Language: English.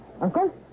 Uncle